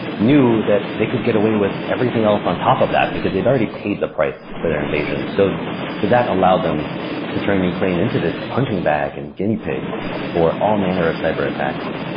knew that they could get away with everything else on top of that because they'd already paid the price for their invasion. so that allowed them to turn ukraine into this punching bag and guinea pig for all manner of cyber attacks.